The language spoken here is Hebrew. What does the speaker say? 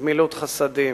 גמילות חסדים,